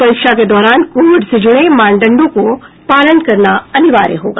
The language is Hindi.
परीक्षा के दौरान कोविड से जूड़े मानदंडों को पालन करना अनिवार्य होगा